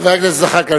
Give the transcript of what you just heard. חבר הכנסת זחאלקה,